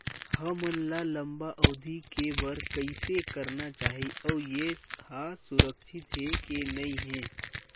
हमन ला लंबा अवधि के बर कइसे करना चाही अउ ये हा सुरक्षित हे के नई हे?